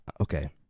okay